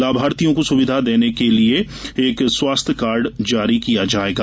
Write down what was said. लाभार्थियों को सुविधा लेने के लिये एक स्वास्थ्य कार्ड जारी किया जायेगा